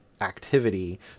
activity